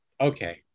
okay